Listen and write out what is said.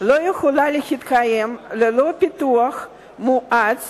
לא יכולה להתקיים ללא פיתוח מואץ